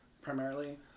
primarily